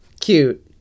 cute